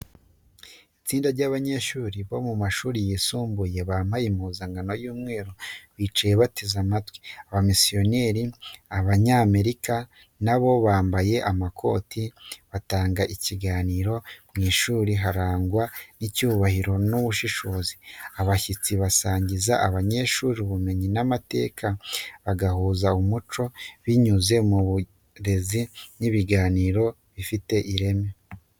Itsinda ry’abanyeshuri bo mu mashuri yisumbuye bambaye impuzankano y’umweru bicaye biteze amatwi abamisiyoneri b’Abanyamerika, na bo bambaye amakoti, batanga ikiganiro. Mu ishuri harangwa n’icyubahiro n’ubushishozi. Abashyitsi basangiza abanyeshuri ubumenyi n’amateka, bagahuza umuco binyuze mu burezi n’ibiganiro bifite ireme.